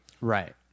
right